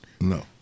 No